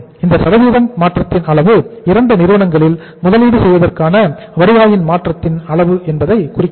இந்த சதவீதம் மாற்றத்தின் அளவு 2 நிறுவனங்களில் முதலீடு செய்வதற்கான வருவாயின் மாற்றத்தின் அளவு என்பதை குறிக்கிறது